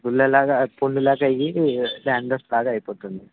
పుండ్ల లాగా పుండులాగా అయ్యి డాండ్రఫ్లాగా అయిపోతుంది